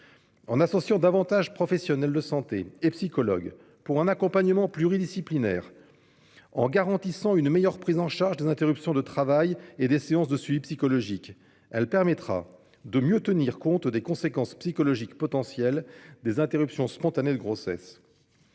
En associant davantage professionnels de santé et psychologues dans le cadre d'un accompagnement pluridisciplinaire, en garantissant une meilleure prise en charge des interruptions de travail et des séances de suivi psychologique, elle permettra de mieux tenir compte des conséquences psychologiques potentielles des interruptions spontanées de grossesse.